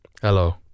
Hello